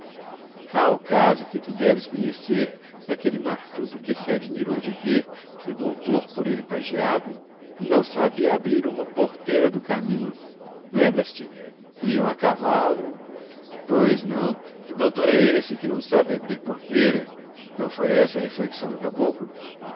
o caso que tu deves conhecer daquele matuto que se admirou de ver que o doutor por ele pajeado não sabia abrir uma porteira do caminho lembras-te iam a cavalo pois não que doutor é esse que não sabe abrir porteira não foi essa a reflexão do caboclo